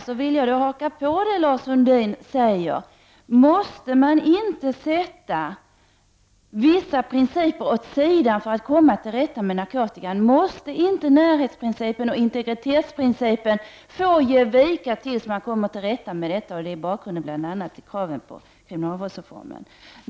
Jag vill haka på det Lars Sundin säger och fråga: Måste man inte sätta vissa principer åt sidan för att komma till rätta med narkotikan? Måste inte närhetsprincipen och integritetsprincipen få ge vika tills man kommer till rätta med detta? Det är bl.a. bakgrunden till kraven i fråga om kriminalvårdsreformen.